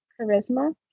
charisma